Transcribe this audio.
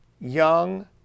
young